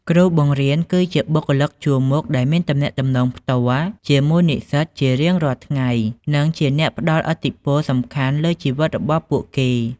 គ្រូបង្រៀនគឺជាបុគ្គលិកជួរមុខដែលមានទំនាក់ទំនងផ្ទាល់ជាមួយនិស្សិតជារៀងរាល់ថ្ងៃនិងជាអ្នកផ្ដល់ឥទ្ធិពលសំខាន់លើជីវិតរបស់ពួកគេ។